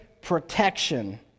protection